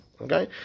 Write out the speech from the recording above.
Okay